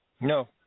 No